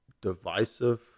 divisive